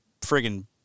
Friggin